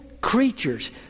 creatures